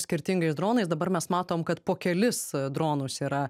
skirtingais dronais dabar mes matom kad po kelis dronus yra